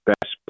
best